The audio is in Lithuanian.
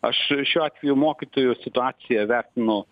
aš šiuo atveju mokytojų situaciją vertinu